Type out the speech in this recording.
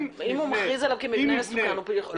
אם הוא מכריז עליו כמבנה מסוכן הוא צריך לסגור אותו.